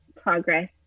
progress